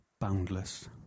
boundless